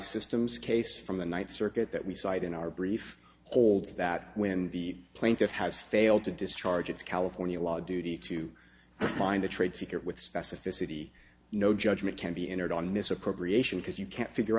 systems case from the ninth circuit that we cite in our brief holds that when the plaintiff has failed to discharge its california law duty to find a trade secret with specificity no judgment can be entered on misappropriation because you can't figure